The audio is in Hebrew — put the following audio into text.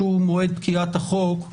שהוא מועד פקיעת החוק,